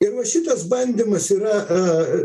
ir va šitas bandymas yra